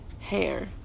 hair